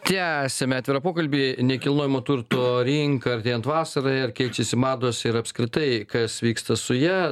tęsiame atvirą pokalbį nekilnojamo turto rinka artėjant vasarai ar keičiasi mados ir apskritai kas vyksta su ja